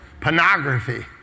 Pornography